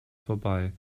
vorbei